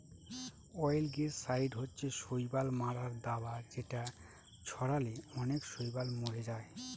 অয়েলগেসাইড হচ্ছে শৈবাল মারার দাবা যেটা ছড়ালে অনেক শৈবাল মরে যায়